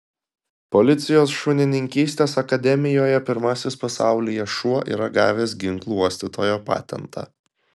policijos šunininkystės akademijoje pirmasis pasaulyje šuo yra gavęs ginklų uostytojo patentą